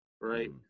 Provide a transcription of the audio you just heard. right